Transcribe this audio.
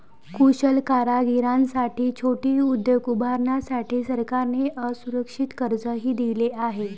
कुशल कारागिरांसाठी छोटे उद्योग उभारण्यासाठी सरकारने असुरक्षित कर्जही दिले आहे